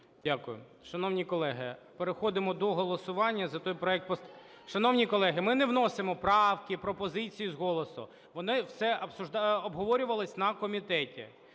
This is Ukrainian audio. Дякую. Шановні колеги, переходимо до голосування за той проект… Шановні колеги, ми не вносимо правки, пропозиції з голосу, воно все обговорювалось на комітеті.